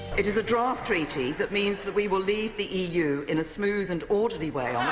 it is a draft treaty that means that we will leave the eu in a smooth and orderly way